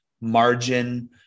margin